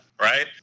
right